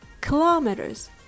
kilometers